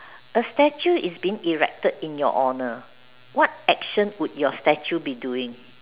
a statue is been erected in your honour what action will your statue be doing